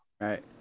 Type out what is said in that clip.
right